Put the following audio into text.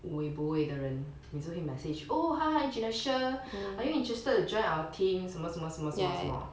wu eh bo eh 的人每次会 message oh hi genecia are you interested to join our team 什么什么什么